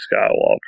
Skywalker